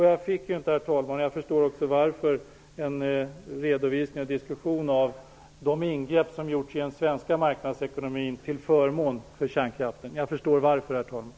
Jag fick inte någon redovisning och diskussion av de ingrepp som gjorts i den svenska marknadsekonomin till förmån för kärnkraften. Jag förstår varför, herr talman.